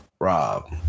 Rob